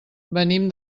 venim